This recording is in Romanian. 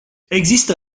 există